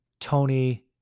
tony